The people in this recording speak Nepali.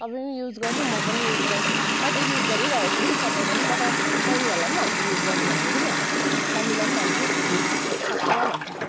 तपाईँ पनि युज गर्नू म पनि युज गर्छु मैले त युज गरिरहेछु तपाईँ पनि म त बहिनीहरूलाई पनि भन्छु युज गर्नू भनेर बुझ्यो मम्मीलाई पनि भन्छु सबैलाई भन्छु